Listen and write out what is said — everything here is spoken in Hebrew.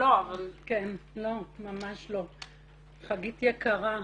חגית יקרה,